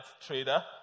trader